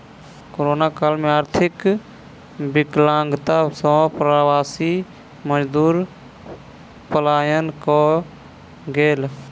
corona काल में आर्थिक विकलांगता सॅ प्रवासी मजदूर पलायन कय गेल